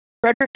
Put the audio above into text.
Frederick